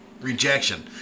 Rejection